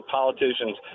politicians